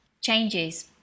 Changes